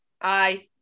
Aye